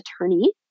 attorney